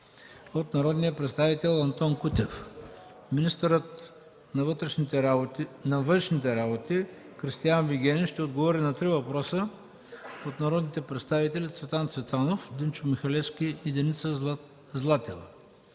от народния представител Антон Кутев; - министърът на външните работи Кристиан Вигенин ще отговори на три въпроса от народните представители Цветан Цветанов, Димчо Михалевски и Деница Златева,